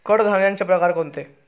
कडधान्याचे प्रकार कोणते?